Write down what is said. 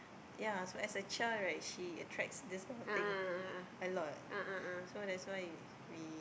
ya so as a child right she attracts this kind of thing a lot so that's why we